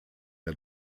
der